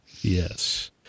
Yes